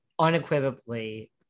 unequivocally